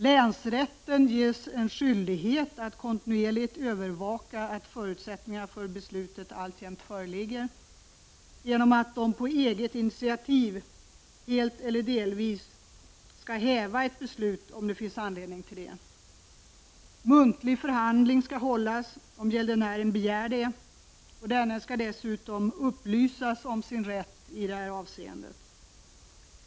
Länsrätterna ges en skyldighet att kontinuerligt övervaka att förutsättningarna för beslutet alltjämt föreligger, genom att de på eget initiativ helt eller delvis skall häva ett beslut om det finns anledning till det. Muntlig förhandling skall hållas om gäldenären begär det, och denne skall dessutom upplysas om sin rätt i detta avseende.